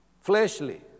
fleshly